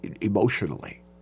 emotionally